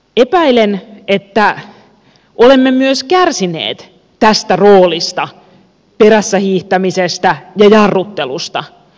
epäilen että olemme myös kärsineet tästä roolista perässä hiihtämisestä ja jarruttelusta